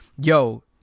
yo